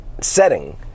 setting